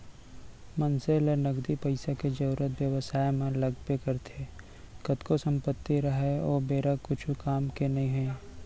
मनसे ल नगदी पइसा के जरुरत बेवसाय म लगबे करथे कतको संपत्ति राहय ओ बेरा कुछु काम के नइ हे